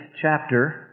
chapter